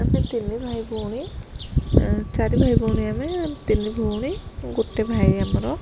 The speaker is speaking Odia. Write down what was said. ଆମେ ତିନି ଭାଇ ଭଉଣୀ ଚାରି ଭାଇ ଭଉଣୀ ଆମେ ତିନି ଭଉଣୀ ଗୋଟେ ଭାଇ ଆମର